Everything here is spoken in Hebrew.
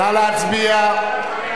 נא להצביע.